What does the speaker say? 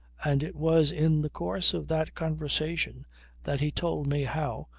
and it was in the course of that conversation that he told me how,